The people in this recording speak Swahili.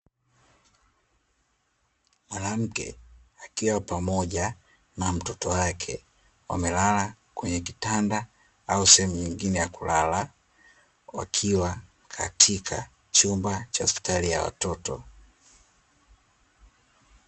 Mwanamke akiwa pamoja na mtoto wake wamelala kwenye kitanda au sehemu nyingine ya kulala, wakiwa katika chumba cha hospitali ya watoto.